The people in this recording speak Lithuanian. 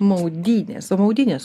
maudynės maudynės kur